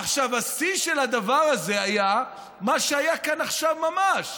עכשיו השיא של הדבר הזה היה מה שהיה כאן עכשיו ממש.